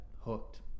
hooked